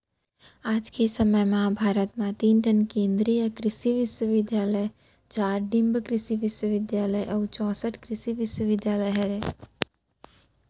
आज के समे म भारत म तीन ठन केन्द्रीय कृसि बिस्वबिद्यालय, चार डीम्ड कृसि बिस्वबिद्यालय अउ चैंसठ कृसि विस्वविद्यालय ह